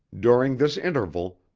during this interval,